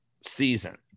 season